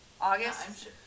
August